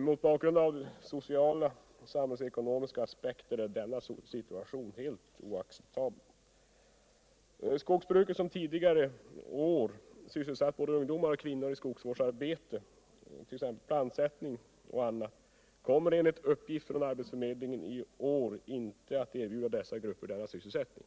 Mot bakgrund av sociala och samhällsekonomiska aspekter är denna situation helt oacceptabel. Skogsbruket, som tidigare år sysselsatt både ungdomar och kvinnor i skogsvårdsarbete med plantsättning m.m., kommer enligt uppgift från arbetsförmedlingen inte i år att erbjuda dessa grupper denna sysselsättning.